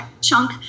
chunk